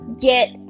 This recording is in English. get